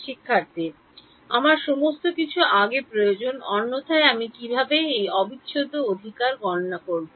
আমার সমস্ত কিছু আগে প্রয়োজন অন্যথায় আমি কীভাবে এই অবিচ্ছেদ্য অধিকার গণনা করব